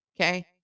Okay